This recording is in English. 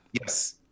yes